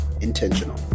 Intentional